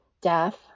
death